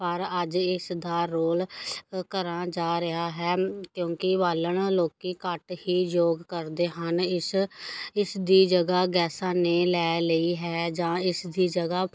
ਪਰ ਅੱਜ ਇਸ ਦਾ ਰੋਲ ਕਰਿਆ ਜਾ ਰਿਹਾ ਹੈ ਕਿਉਂਕਿ ਬਾਲਣ ਲੋਕ ਘੱਟ ਹੀ ਯੋਗ ਕਰਦੇ ਹਨ ਇਸ ਇਸ ਦੀ ਜਗ੍ਹਾ ਗੈਸਾਂ ਨੇ ਲੈ ਲਈ ਹੈ ਜਾਂ ਇਸ ਦੀ ਜਗ੍ਹਾ